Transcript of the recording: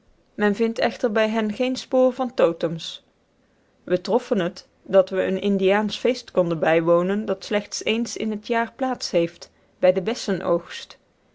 men vindt echter bij hen geen spoor van totems we troffen het dat we een indiaansch feest konden bijwonen dat slechts eens in het jaar plaats heeft bij den bessenoogst